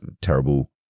terrible